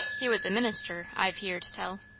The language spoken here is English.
he was a minister, i've heerd tell.